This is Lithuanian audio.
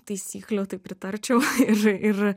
taisyklių tai pritarčiau ir ir